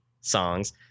songs